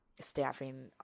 staffing